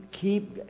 keep